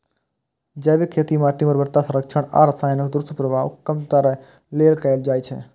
जैविक खेती माटिक उर्वरता संरक्षण आ रसायनक दुष्प्रभाव कम करै लेल कैल जाइ छै